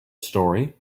story